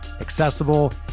accessible